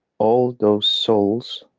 all those souls.